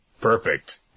Perfect